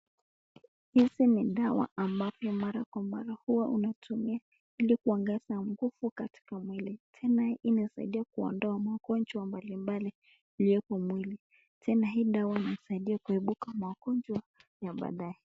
Hizi ni dawa ambazo mara kwa mara unaweza kutumia ili uomgeze nguvu katika mwili, tena inasaidia kuondoa magonjwa mbali mbali iliyoko mwilini, tena hii dawa inaweza kusaidia kuepuka magonjwa ya baadae.